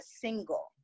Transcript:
single